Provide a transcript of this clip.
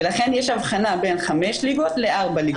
ולכן יש הבחנה בין חמש ליגות לארבע ליגות.